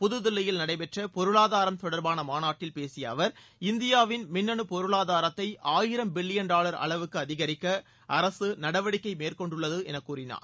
புதுதில்லியில் நடைபெற்ற பொருளாதாரம் தொடர்பான மாநாட்டில் பேசிய அவர் இந்தியாவின் மின்னனு பொருளாதாரத்தை ஆயிரம் பில்லியன் டாவர் அளவுக்கு அதிகரிக்க அரசு நடவடிக்கை மேற்கொண்டுள்ளது என்று கூறினார்